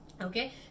okay